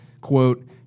quote